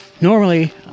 Normally